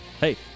Hey